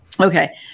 Okay